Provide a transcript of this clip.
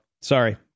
sorry